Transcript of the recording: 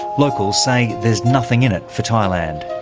locals say there's nothing in it for thailand.